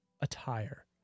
attire